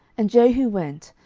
and jehu went,